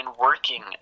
working